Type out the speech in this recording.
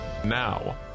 Now